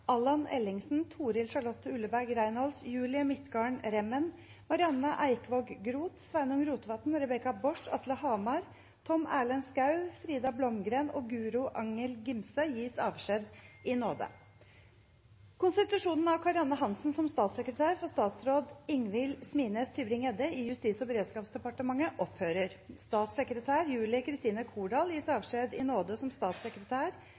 Allan Ellingsen, Toril Charlotte Ulleberg Reynolds, Julie Midtgarden Remen, Marianne Eikvåg Groth, Sveinung Rotevatn, Rebekka Borsch, Atle Hamar, Tom Erlend Skaug, Frida Blomgren og Guro Angell Gimse gis avskjed i nåde. Konstitusjonen av Karianne Hansen som statssekretær for statsråd Ingvil Smines Tybring-Gjedde i Justis- og beredskapsdepartementet opphører. Statssekretær Julie Kristine Kordahl gis avskjed i nåde som statssekretær